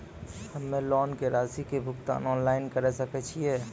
हम्मे लोन के रासि के भुगतान ऑनलाइन करे सकय छियै?